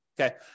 Okay